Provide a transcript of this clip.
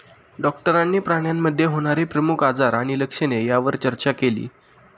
डॉक्टरांनी प्राण्यांमध्ये होणारे प्रमुख आजार आणि लक्षणे यावर चर्चा केली